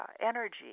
energy